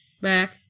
Back